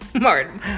Martin